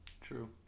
True